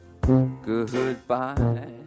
goodbye